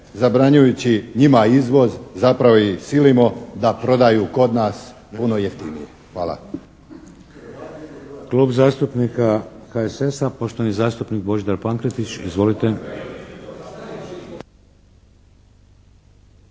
zabranjujući njima izvoz zapravo ih silimo da prodaju kod nas puno jeftinije. Hvala.